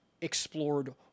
explored